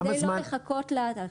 כדי לא לחכות עד אז.